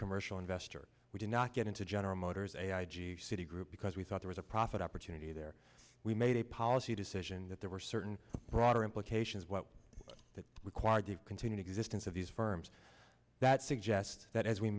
commercial investor we did not get into general motors a i g citi group because we thought there was a profit opportunity there we made a policy decision that there were certain broader implications what that required of continued existence of these firms that suggest that as we